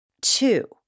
Two